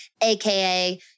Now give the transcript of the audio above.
Aka